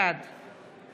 בעד